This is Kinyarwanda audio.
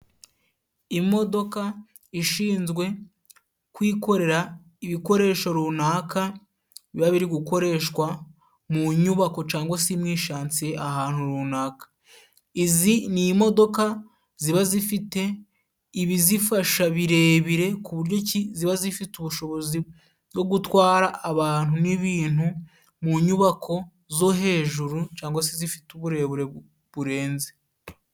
Imodoka ishinzwe kwikorera ibikoresho runaka, biba biri gukoreshwa mu nyubako cangwa se mu ishansiye ahantu runaka. Izi ni imodoka ziba zifite ibizifasha birebire ku buryo ki ziba zifite ubushobozi bwo gutwara abantu n'ibintu mu nyubako zo hejuru, cangwa se izifite uburebure burenze.